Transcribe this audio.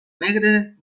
negre